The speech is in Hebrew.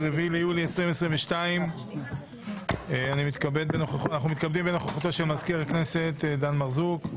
4 ביולי 2022. אנחנו מתכבדים בנוכחותו של מזכיר הכנסת דן מרזוק.